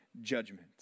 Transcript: judgment